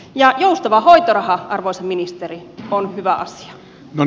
ja joustava hoitoraha arvoisa ministeri on hyvä asia